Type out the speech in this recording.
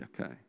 okay